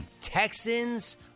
Texans